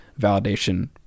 validation